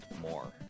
more